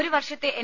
ഒരു വർഷത്തെ എൻ